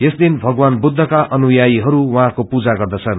यसदिन भगवान बुद्धका अनुयायीहरू उहाँको पूजा गर्दछन्